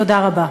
תודה רבה.